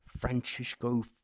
Francisco